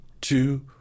two